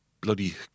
bloody